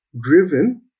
driven